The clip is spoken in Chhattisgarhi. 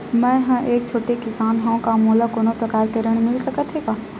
मै ह एक छोटे किसान हंव का मोला कोनो प्रकार के ऋण मिल सकत हे का?